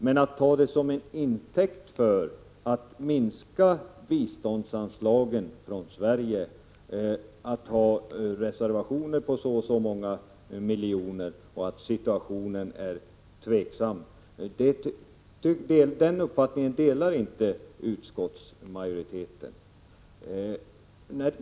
Men uppfattningen att detta kan tas till intäkt för att minska biståndsanslagen från Sverige, att ha reservationer på ett antal miljoner och mena att situationen är tveksam, delas inte av utskottsmajoriteten.